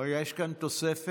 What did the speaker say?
המזכיר, יש כאן תוספת,